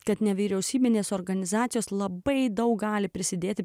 kad nevyriausybinės organizacijos labai daug gali prisidėti